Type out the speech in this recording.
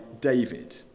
David